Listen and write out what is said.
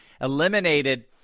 eliminated